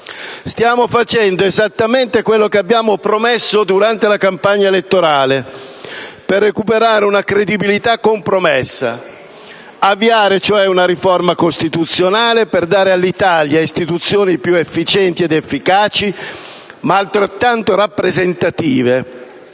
Stiamo facendo esattamente quello che abbiamo promesso durante la campagna elettorale per recuperare una credibilità compromessa: avviare, cioè, una riforma costituzionale per dare all'Italia istituzioni più efficienti ed efficaci, ma altrettanto rappresentative,